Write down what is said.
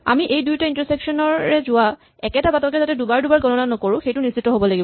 আমি এই দুয়োটা ইন্টাৰছেকচন এৰে যোৱা একেটা বাটকে যাতে দুবাৰ দুবাৰ গণনা নকৰো সেইটো নিশ্চিত হ'ব লাগিব